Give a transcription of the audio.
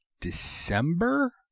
December